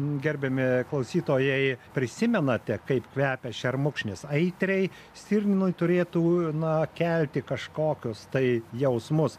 gerbiami klausytojai prisimenate kaip kvepia šermukšnis aitriai stirninui turėtų na kelti kažkokius tai jausmus